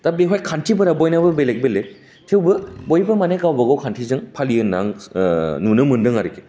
दा बेफोर खान्थिफोरा बयनाबो बेलेक बेलेक थेवबो बयबो माने गावबागाव खान्थिजों फालियो होन्ना आं नुनो मोन्दों आरोखि